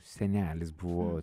senelis buvo